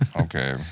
Okay